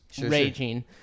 raging